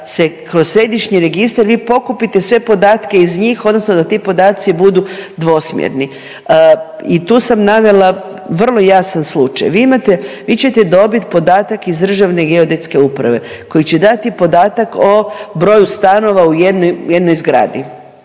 da se kroz središnji registar vi pokupite sve podatke iz njih odnosno da ti podaci budu dvosmjerni. I tu sam navela vrlo jasan slučaj. Vi imate, vi ćete dobit podatak iz Državne geodetske uprave koja će dati podatak o broju stanova u jednoj zgradi.